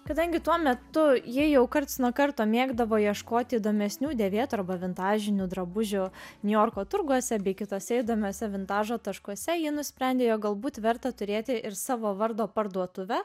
kadangi tuo metu ji jau karts nuo karto mėgdavo ieškoti įdomesnių dėvėtų arba vintažinių drabužių niujorko turguose bei kitose įdomiose vintažo taškuose ji nusprendė jog galbūt verta turėti ir savo vardo parduotuvę